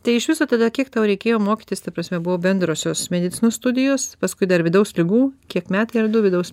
tai iš viso tada kiek tau reikėjo mokytis ta prasme buvo bendrosios medicinos studijos paskui dar vidaus ligų kiek metai ar du vidaus